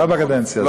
לא בקדנציה הזאת.